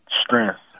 Strength